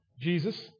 Jesus